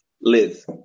Liz